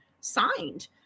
signed